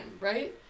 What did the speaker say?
right